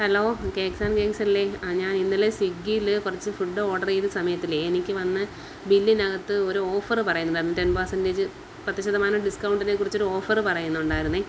hello cakes and games അല്ലേ ആ ഞാൻ ഇന്നലെ സ്വിഗ്ഗിയിൽ കുറച്ച് ഫുഡ് ഓർഡർ ചെയ്ത സമയത്തിലേ എനിക്ക് വന്ന ബില്ലിനകത്ത് ഒരു ഓഫർ പറയുന്നുണ്ടായിരുന്നു ടെൻ പെർസെൻറ്റേജ് പത്ത് ശതമാനം ഡിസ്കൗണ്ടിനെക്കുറിച്ചൊരു ഓഫർ പറയുന്നുണ്ടായിരുന്നേ